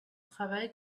travaille